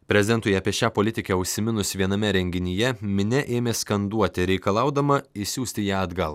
prezidentui apie šią politikę užsiminus viename renginyje minia ėmė skanduoti reikalaudama išsiųsti ją atgal